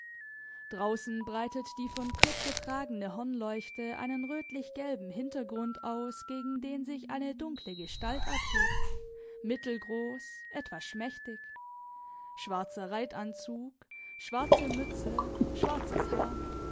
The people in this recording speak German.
draußen breitet die von kurt getragene hornleuchte einen rötlich gelben hintergrund aus gegen den sich eine dunkle gestalt abhebt mittelgroß etwas schmächtig schwarzer reitanzug schwarze mütze schwarzes haar